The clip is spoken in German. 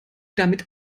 damit